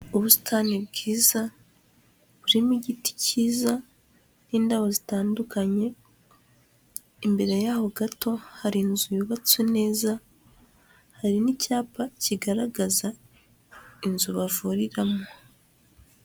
Ubusitani bwiza, burimo igiti cyiza n'indabo zitandukanye, imbere yaho gato, hari inzu yubatse neza, hari n'icyapa kigaragaza inzu bavuriramo.